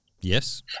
Yes